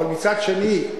אבל מצד שני,